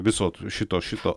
viso šito šito